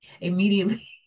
immediately